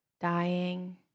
dying